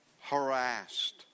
harassed